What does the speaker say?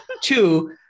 two